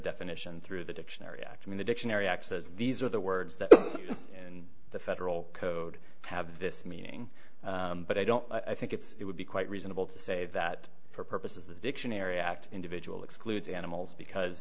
definition through the dictionary act in the dictionary act says these are the words that in the federal code have this meaning but i don't i think it's it would be quite reasonable to say that for purposes the dictionary act individual excludes animals because